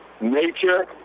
Nature